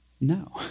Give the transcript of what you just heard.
No